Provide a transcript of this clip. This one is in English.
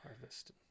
Harvest